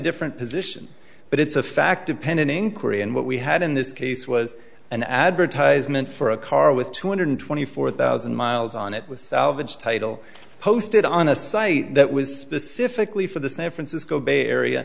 different position but it's a fact opinion inquiry and what we had in this case was an advertisement for a car with two hundred twenty four thousand miles on it with salvage title posted on a site that was specifically for the san francisco bay area